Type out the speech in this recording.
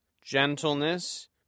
gentleness